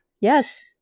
Yes